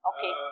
Okay